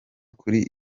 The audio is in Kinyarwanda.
kuri